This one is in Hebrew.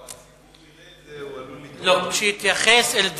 לא, הציבור יראה את זה, הוא עלול לתהות מי, לא.